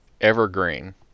Evergreen